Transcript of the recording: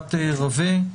יפעת רווה,